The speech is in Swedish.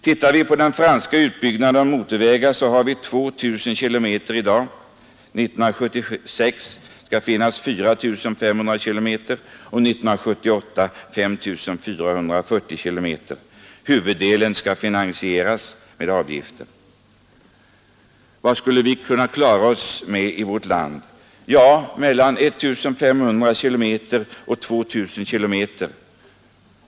Tittar vi på den franska utbyggnaden ser vi att man har 2 000 km i dag. 1976 skall det finnas 4500 km och 1978 blir det 5440 km. Huvuddelen skall finansieras med avgifter. Vad skulle vi klara oss med i vårt land? Jo, mellan 1500 km och 2000 km.